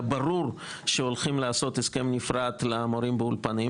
ברור שהולכים לעשות הסכם נפרד למורים באולפנים.